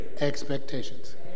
expectations